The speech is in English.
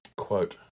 quote